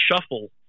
shuffle